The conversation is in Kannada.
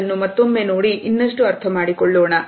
ಅದನ್ನು ಮತ್ತೊಮ್ಮೆ ನೋಡಿ ಇನ್ನಷ್ಟು ಅರ್ಥ ಮಾಡಿಕೊಳ್ಳೋಣ